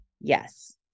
Yes